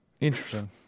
interesting